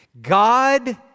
God